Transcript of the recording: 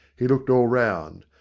he looked all round.